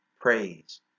praise